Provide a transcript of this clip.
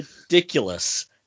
ridiculous